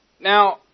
Now